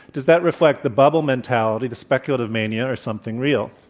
does that reflect the bubble mentality, the speculative mania, or something real?